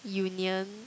union